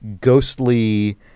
ghostly